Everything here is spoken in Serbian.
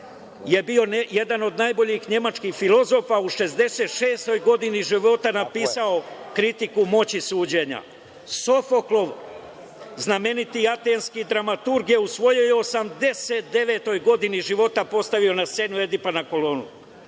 je bio jedan od najboljih nemačkih filozofa, u 66. godini života je napisao "Kritiku moći suđenja". Sofokle, znameniti atinski dramaturg je u svojoj 89. godini života postavio na scenu "Edip na kolonu".